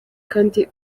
kandi